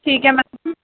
ठीक ऐ मैम